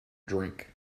drink